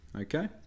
okay